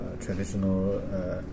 traditional